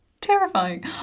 Terrifying